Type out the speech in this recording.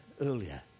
earlier